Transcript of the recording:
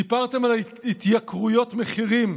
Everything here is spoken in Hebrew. סיפרתם על ההתייקרויות מחירים.